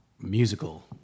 musical